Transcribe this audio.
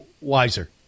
Wiser